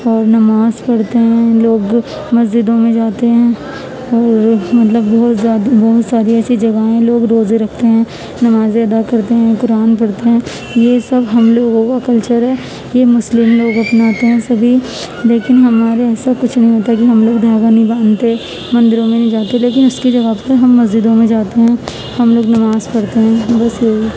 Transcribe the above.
اور نماز پڑھتے ہیں لوگ مسجدوں میں جاتے ہیں اور مطلب بہت زیادہ بہت ساری ایسی جگہیں ہیں لوگ روزے رکھتے ہیں نمازیں ادا کرتے ہیں قرآن پڑھتے ہیں یہ سب ہم لوگوں کا کلچر ہے یہ مسلم لوگ اپناتے ہیں سبھی لیکن ہمارے یہاں ایسا کچھ نہیں ہوتا کیونکہ ہم لوگ دھاگا نہیں باندھتے مندروں میں نہیں جاتے لیکن اس کی جگہ پہ ہم مسجدوں میں جاتے ہیں ہم لوگ نماز پڑھتے ہیں بس یہی